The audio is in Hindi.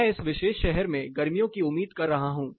मैं इस विशेष शहर में गर्मियों की उम्मीद कर रहा हूं